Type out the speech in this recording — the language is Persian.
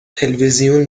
تلویزیون